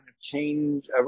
change